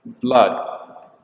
blood